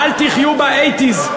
אל תחיו באייטיז.